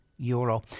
euro